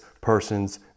person's